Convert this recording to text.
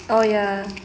oh ya